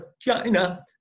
China